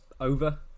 over